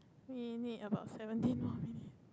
we need about seventeen more minutes